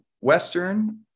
Western